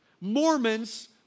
Mormons